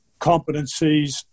competencies